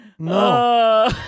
No